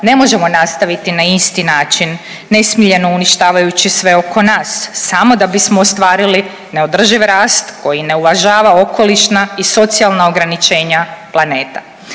ne možemo nastaviti na isti način, nesmiljeno uništavajući sve oko nas, samo da bi smo ostvarili neodrživ rast koji ne uvažava okolišna i socijalna ograničenja planeta.